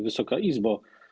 Wysoka Izbo!